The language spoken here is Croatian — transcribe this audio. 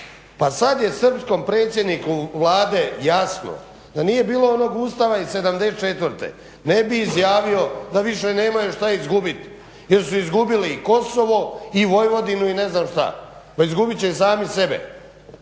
pa sad je srpskom predsjedniku Vlade jasno da nije bilo onog Ustava iz '74. ne bi izjavio da više nemaju što izgubiti jer su izgubili i Kosovo i Vojvodinu i ne znam što. Pa izgubit će i sami sebe.